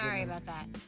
i mean about that.